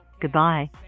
Goodbye